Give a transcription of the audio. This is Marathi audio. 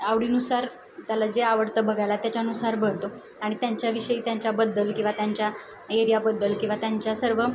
आवडीनुसार त्याला जे आवडतं बघायला त्याच्यानुसार भरतो आणि त्यांच्याविषयी त्यांच्याबद्दल किंवा त्यांच्या एरियाबद्दल किंवा त्यांच्या सर्व